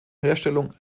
herstellung